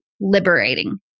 liberating